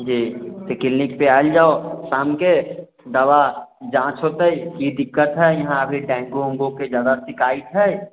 जी clinic पर आयल जाओ शामके दवा जांच होतै की दिक्कत होइ यहाँ डेंगू ओंगू रोग के जादा शिकायत हय